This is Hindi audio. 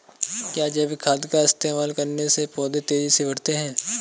क्या जैविक खाद का इस्तेमाल करने से पौधे तेजी से बढ़ते हैं?